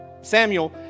Samuel